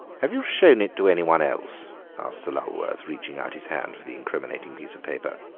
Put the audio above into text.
have you shown it to anyone else? asked sir lulworth, reaching out his hand for the incriminating piece of paper.